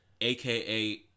aka